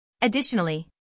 Additionally